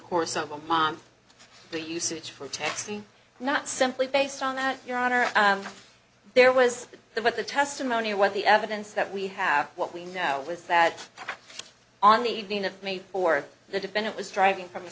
course of a month the usage for texting not simply based on that your honor there was the what the testimony what the evidence that we have what we know is that on the evening of may or the defendant was driving from a